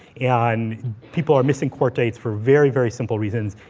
and people are missing court dates for very very simple reasons.